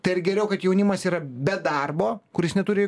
tai ar geriau kad jaunimas yra be darbo kuris neturi